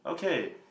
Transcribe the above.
okay